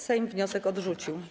Sejm wniosek odrzucił.